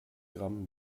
gramm